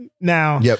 Now